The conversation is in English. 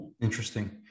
Interesting